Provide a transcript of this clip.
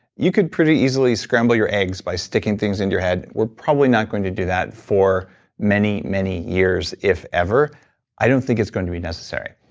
you can pretty easily scramble your eggs by sticking things in your head we're probably not going to do that for many many years, if ever i don't think it's going to be necessary,